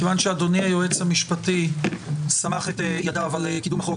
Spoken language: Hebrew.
מכיוון שאדוני היועץ המשפטי סמך את ידיו על קידום החוק